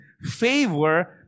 favor